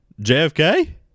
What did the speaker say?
JFK